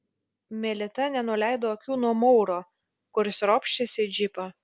melita nenuleido akių nuo mauro kuris ropštėsi į džipą